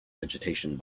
vegetation